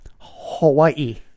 Hawaii